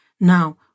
Now